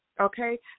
Okay